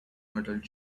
metal